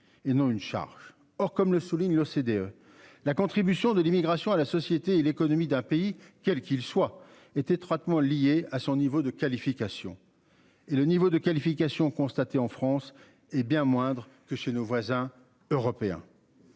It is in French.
et non une charge. Or, comme le souligne l'OCDE. La contribution de l'immigration à la société et l'économie d'un pays quel qu'il soit est étroitement liée à son niveau de qualification et le niveau de qualification constaté en France. Hé bien moindre que chez nos voisins européens.